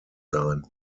sein